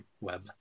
web